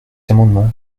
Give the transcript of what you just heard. amendement